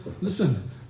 listen